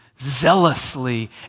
zealously